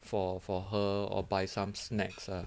for for her or by some snacks ah